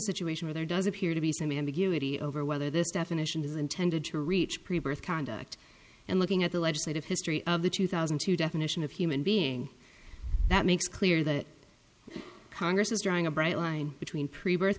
situation where there does appear to be some ambiguity over whether this definition is intended to reach pre birth conduct and looking at the legislative history of the two thousand and two definition of human being that makes clear that congress is drawing a bright line between pre birth